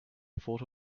thought